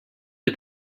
did